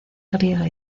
griega